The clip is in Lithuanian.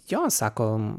jo sako